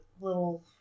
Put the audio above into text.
little